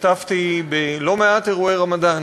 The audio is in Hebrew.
השתתפתי בלא מעט אירועי רמדאן,